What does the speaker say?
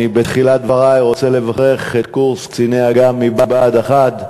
בתחילת דברי אני רוצה לברך את קורס קציני אג"ם מבה"ד 1: